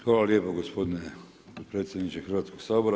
Hvala lijepo gospodine potpredsjedniče Hrvatskoga sabora.